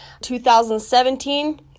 2017